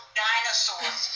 dinosaurs